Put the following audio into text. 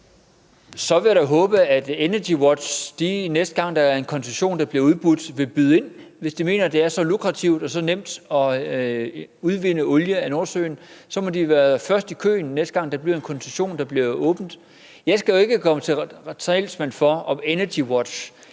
Så vil jeg da håbe, at EnergyWatch, næste gang der er en koncession, der bliver udbudt, vil byde ind, hvis de mener, at det er så lukrativt og så nemt at udvinde olie af Nordsøen. Så må de stå først i køen, næste gang der er en koncession, der bliver åbnet. Jeg skal jo ikke gøre mig til dommer over, om EnergyWatch,